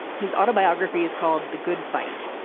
his autobiography is called the good fight.